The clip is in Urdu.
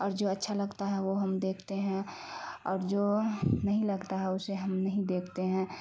اور جو اچھا لگتا ہے وہ ہم دیکھتے ہیں اور جو نہیں لگتا ہے اسے ہم نہیں دیکھتے ہیں